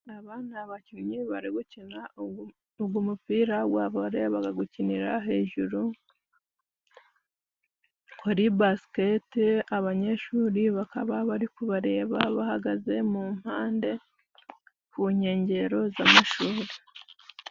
Aba ni abakinyi bari gukina ugu mupira gwa vole, bakagukinira hejuru kuri basketi, abanyeshuri bakaba bari kubareba, bahagaze mu mpande ku nkengero z'amashuri.